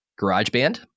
GarageBand